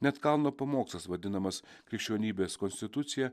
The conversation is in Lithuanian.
net kalno pamokslas vadinamas krikščionybės konstitucija